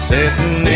Sitting